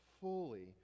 fully